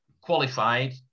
qualified